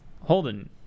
holden